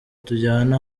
tujyane